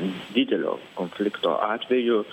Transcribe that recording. didelio konflikto atveju